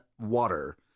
water